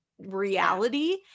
reality